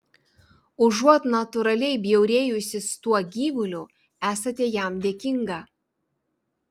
užuot natūraliai bjaurėjusis tuo gyvuliu esate jam dėkinga